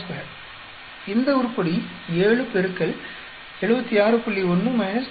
62 இந்த உருப்படி 7 X 76